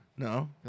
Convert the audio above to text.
No